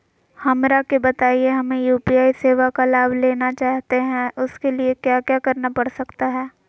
हमरा के बताइए हमें यू.पी.आई सेवा का लाभ लेना चाहते हैं उसके लिए क्या क्या करना पड़ सकता है?